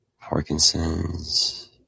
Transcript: Parkinson's